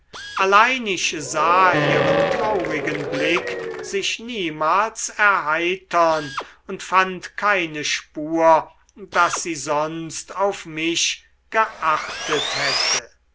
ich sah ihren traurigen blick sich niemals erheitern und fand keine spur daß sie sonst auf mich geachtet hätte